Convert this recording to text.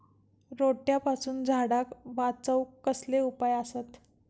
रोट्यापासून झाडाक वाचौक कसले उपाय आसत?